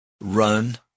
run